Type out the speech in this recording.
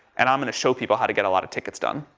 and i'm going to show people how to get a lot of tickets done.